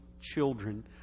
children